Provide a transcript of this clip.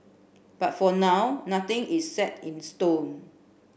but for now nothing is set in stone